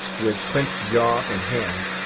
with clenched jaw and hand,